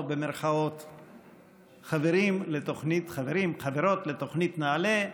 לנו חברים וחברות לתוכנית נעל"ה.